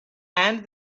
and